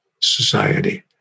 society